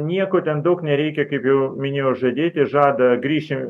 nieko ten daug nereikia kaip jau minėjau žadėti žada grįši